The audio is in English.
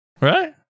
Right